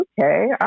okay